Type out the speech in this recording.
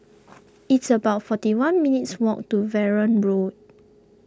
it's about forty one minutes' walk to Verdun Road